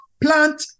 plant